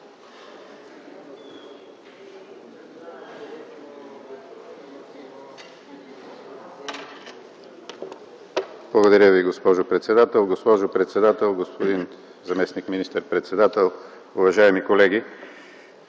Благодаря Ви, госпожо председател. Госпожо председател, господин заместник министър-председател, уважаеми колеги!